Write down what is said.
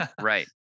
Right